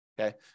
okay